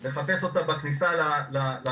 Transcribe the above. אני מחפש אותה בכניסה לתחנה,